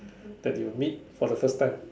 that you meet for the first time